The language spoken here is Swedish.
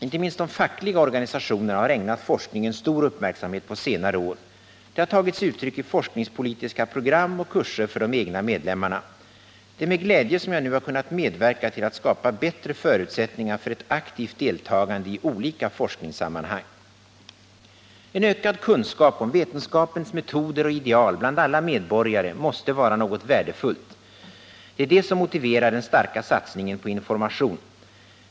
Inte minst de fackliga organisationerna har ägnat forskningen stor uppmärksamhet på senare år. Detta har tagit sig uttryck i forskningspolitiska program och kurser för de egna medlemmarna. Det är med glädje som jag nu har kunnat medverka till att skapa bättre förutsättningar för ett aktivt deltagande i olika forskningssammanhang. En ökad kunskap om vetenskapens metoder och ideal bland alla medborgare måste vara något värdefullt — det är det som motiverar den starka satsningen på information.